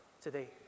today